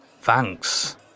Thanks